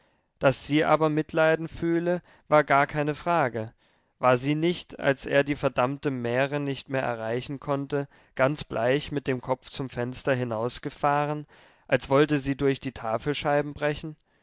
daß sie aber mitleiden fühle war gar keine frage war sie nicht als er die verdammte mähre nicht mehr erreichen konnte ganz bleich mit dem kopf zum fenster hinausgefahren als wollte sie durch die tafelscheiben brechen